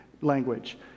language